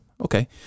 Okay